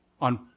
on